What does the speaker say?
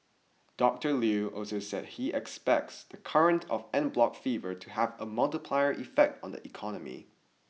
Doctor Lew also said he expects the current of en bloc fever to have a multiplier effect on the economy